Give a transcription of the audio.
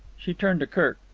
she turned to kirk.